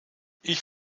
ich